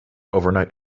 overnight